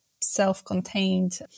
self-contained